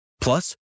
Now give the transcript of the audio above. Plus